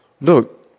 Look